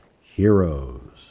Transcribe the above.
heroes